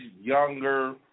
younger